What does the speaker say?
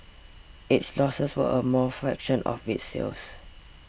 its losses were a mall fraction of its sales